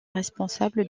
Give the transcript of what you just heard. responsables